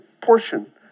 portion